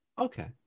Okay